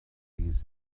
peace